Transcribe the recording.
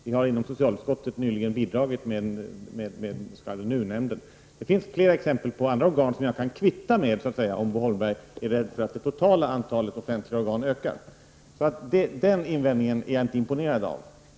Vi har i socialutskottet nyligen bidragit med den s.k. NU-nämnden. Det finns flera exempel på andra organ som jag kan kvitta med, så att säga, om Bo Holmberg är rädd för att det totala antalet offentliga organ ökar. Den invändningen är jag alltså inte imponerad av.